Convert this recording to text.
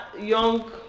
young